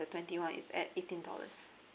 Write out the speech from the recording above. the twenty one is at eighteen dollars